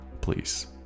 please